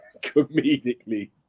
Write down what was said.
comedically